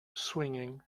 swinging